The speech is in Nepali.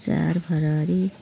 चार फेब्रुअरी